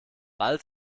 bald